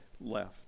left